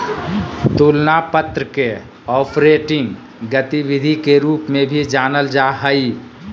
तुलना पत्र के ऑपरेटिंग गतिविधि के रूप में भी जानल जा हइ